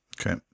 Okay